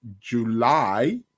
July